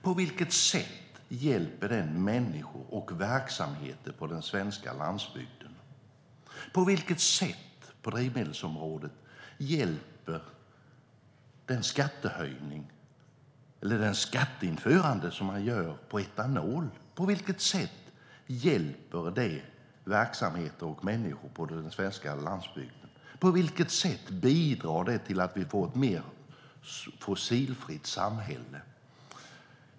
På vilket sätt hjälper de människor och verksamheter på den svenska landsbygden? På vilket sätt hjälper den skattehöjning på drivmedelsområdet och den skatt som man inför på etanol verksamheter och människor på den svenska landsbygden? På vilket sätt bidrar detta till att vi får ett mer fossilfritt samhälle?